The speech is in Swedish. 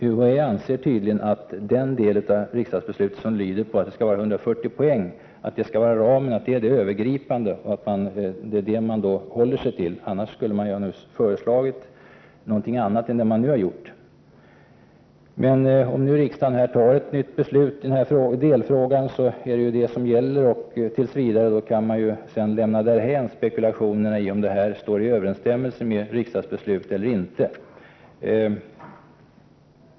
UHÄ anser tydligen att den del av riksdagsbeslutet som anger ramen till 140 poäng är det övergripande och det man håller sig till, annars skulle man ha föreslagit någonting annat än det man nu har gjort. Men om riksdagen tar ett nytt beslut i denna delfråga är det ju detta som gäller, och sedan kan man tills vidare lämna därhän spekulationer huruvida detta står i överensstämmelse med det tidigare riksdagsbeslutet eller inte.